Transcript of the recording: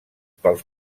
pels